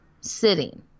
sitting